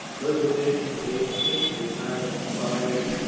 resignations, eighteen, retirements, five,